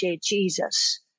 Jesus